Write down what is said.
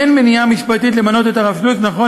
אין מניעה משפטית למנות את הרב שלוש נכון